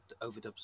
overdubs